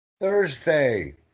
Thursday